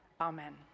Amen